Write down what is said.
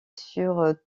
sur